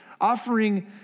offering